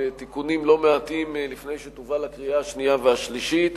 תיקונים לא מעטים לפני שתובא לקריאות השנייה והשלישית.